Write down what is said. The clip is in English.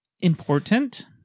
important